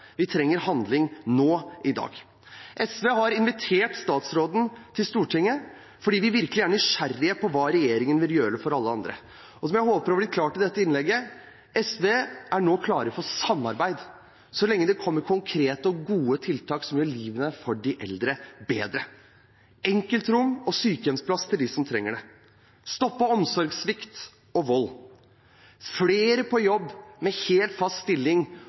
Vi trenger handling nå, i dag. SV har invitert statsråden til Stortinget fordi vi virkelig er nysgjerrige på hva regjeringen vil gjøre for de eldre. Og som jeg håper å ha gjort klart i dette innlegget: SV er nå klare for samarbeid så lenge det kommer konkrete og gode tiltak som gjør livet til de eldre bedre – med enkeltrom og sykehjemsplass til dem som trenger det, med stopp i omsorgssvikt og vold og med flere på jobb i hel, fast stilling,